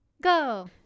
go